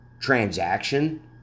transaction